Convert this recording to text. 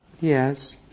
Yes